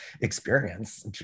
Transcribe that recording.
experience